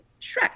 Shrek